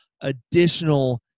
additional